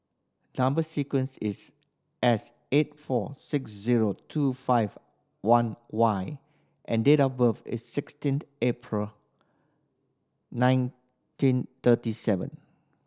number sequence is S eight four six zero two five one Y and date of birth is sixteenth April nineteen thirty seven